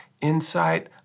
insight